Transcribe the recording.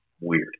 weird